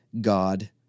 God